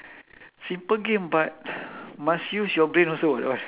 simple game but must use your brain also [what] [what]